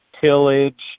tillage